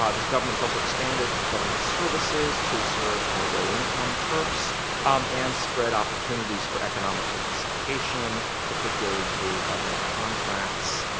ah this government has also expanded government services to serve more low income turks and spread opportunities for economic participation, particularly through government contracts,